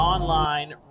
Online